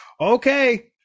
okay